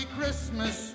Christmas